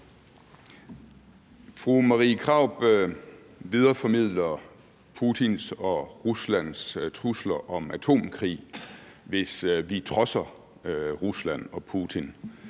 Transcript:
Fru Marie Krarup videreformidler Putins og Ruslands trusler om atomkrig, hvis vi trodser Rusland og Putin,